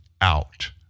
out